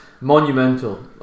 monumental